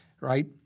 right